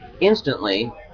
Instantly